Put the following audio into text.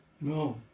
No